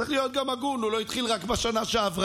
צריך להיות גם הגון, הוא לא התחיל רק בשנה שעברה.